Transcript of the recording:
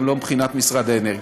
גם לא מבחינת משרד האנרגיה.